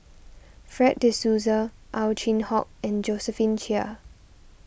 Fred De Souza Ow Chin Hock and Josephine Chia